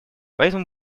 поэтому